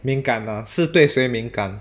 敏感啊是对谁敏感